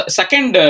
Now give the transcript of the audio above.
second